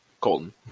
Colton